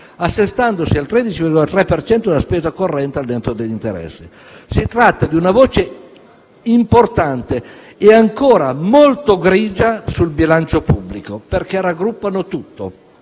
assestandosi al 13,3 per cento della spesa corrente al netto degli interessi. Si tratta di una voce importante e ancora molto grigia del bilancio pubblico, perché raggruppa tutto